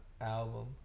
album